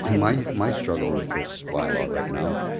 my my struggle with this bylaw right now,